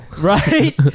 Right